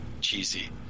cheesy